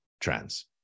trends